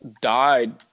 died